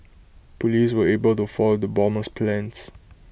Police were able to foil the bomber's plans